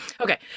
okay